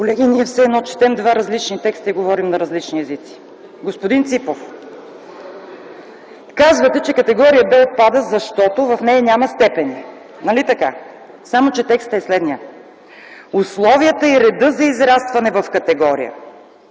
Колеги, ние все едно четем два различни текста и говорим на различни езици! Господин Ципов, казвате, че категория Б отпада, защото в нея няма степени, нали така? Само че текстът е следният: „Условията и редът за израстване в категория,